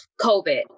COVID